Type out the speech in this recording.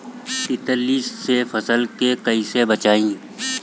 तितली से फसल के कइसे बचाई?